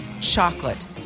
chocolate